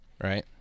Right